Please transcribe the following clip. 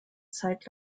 zeit